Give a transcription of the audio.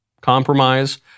compromise